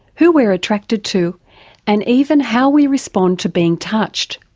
who we're attracted to and even how we respond to being touched.